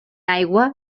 aigua